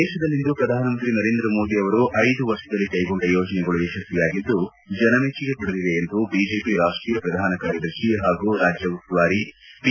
ದೇಶದಲ್ಲಿಂದು ಪ್ರಧಾನಮಂತ್ರಿ ನರೇಂದ್ರ ಮೋದಿ ಅವರು ಐದು ವರ್ಷದಲ್ಲಿ ಕೈಗೊಂಡ ಯೋಜನೆಗಳು ಯಶಸ್ವಿಯಾಗಿದ್ದು ಜನಮೆಚ್ಚುಗೆ ಪಡೆದಿವೆ ಎಂದು ಬಿಜೆಪಿ ರಾಷ್ಟೀಯ ಪ್ರಧಾನ ಕಾರ್ಯದರ್ಶಿ ಹಾಗೂ ರಾಜ್ಯ ಉಸ್ತುವಾರಿ ಪಿ